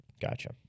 Gotcha